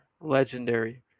Legendary